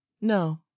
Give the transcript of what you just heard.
No